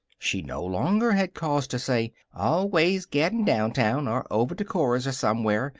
she no longer had cause to say, always gaddin' downtown, or over to cora's or somewhere,